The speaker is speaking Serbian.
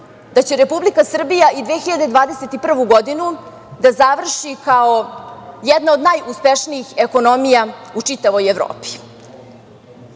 da će Republika Srbija i 2021. godinu da završi kao jedna od najuspešnijih ekonomija u čitavoj Evropi.